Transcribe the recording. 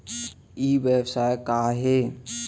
ई व्यवसाय का हे?